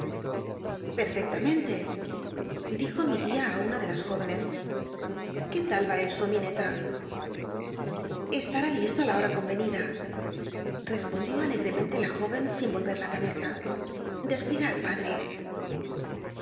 erfcctamenle dijo mi guía á una de las jó cncs qué t rl ya eso illincla estar listo i la hora comenida respondió alegremente la jóven sin volver la cabeza descuidad padre